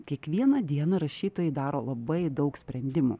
kiekvieną dieną rašytojai daro labai daug sprendimų